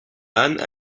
anne